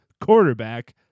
quarterback